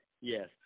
yes